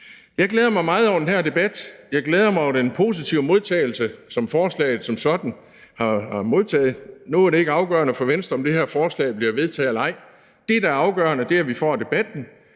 Jeg glæder mig meget over den her debat, og jeg glæder mig over den positive modtagelse, som forslaget som sådan har fået. Nu er det ikke afgørende for Venstre, om det her forslag bliver vedtaget eller ej. Det, der er afgørende, er, at vi får debatten,